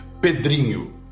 Pedrinho